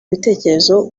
ibitekerezo